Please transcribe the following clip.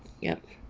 yup